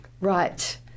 Right